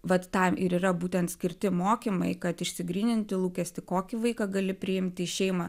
vat tam yra būtent skirti mokymai kad išsigryninti lūkestį kokį vaiką gali priimti į šeimą